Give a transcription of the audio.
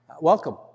Welcome